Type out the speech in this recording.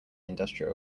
industrial